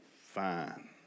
Fine